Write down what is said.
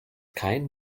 kein